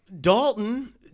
Dalton